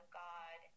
god